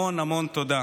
המון המון תודה.